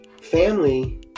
family